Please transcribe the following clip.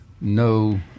no